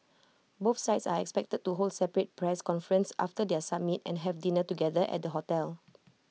both sides are expected to hold separate press conferences after their summit and have dinner together at the hotel